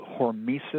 hormesis